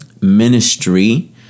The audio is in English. ministry